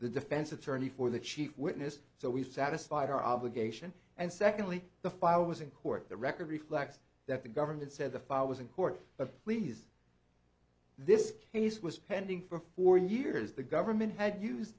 the defense attorney for the chief witness so we satisfied our obligation and secondly the file was in court the record reflects that the government said the file was in court but please this case was pending for four years the government had use